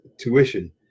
tuition